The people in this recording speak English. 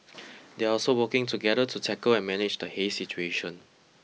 they are also working together to tackle and manage the haze situation